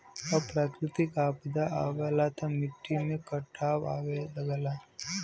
जब प्राकृतिक आपदा आवला त मट्टी में कटाव आवे लगला